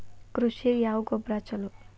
ಕೃಷಿಗ ಯಾವ ಗೊಬ್ರಾ ಛಲೋ?